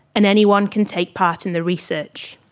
and anyone can take part in the research.